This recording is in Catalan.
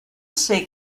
ser